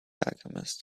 alchemist